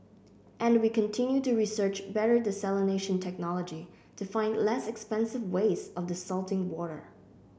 and we continue to research better desalination technology to find less expensive ways of desalting water